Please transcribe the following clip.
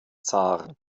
zaren